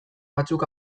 batzuk